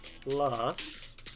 plus